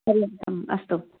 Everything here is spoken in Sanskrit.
पर्यन्तम् अस्तु